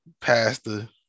Pastor